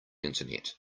internet